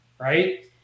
right